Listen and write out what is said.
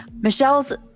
Michelle's